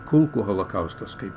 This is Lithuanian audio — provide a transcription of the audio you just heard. kulkų holokaustas kaip